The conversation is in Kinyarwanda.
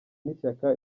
n’ishyaka